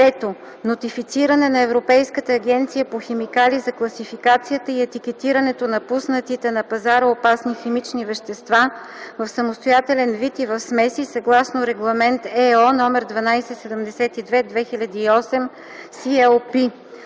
3. нотифициране на Европейската агенция по химикали за класификацията и етикетирането на пуснатите на пазара опасни химични вещества в самостоятелен вид и в смеси съгласно Регламент (ЕО) № 1272/2008 (CLP);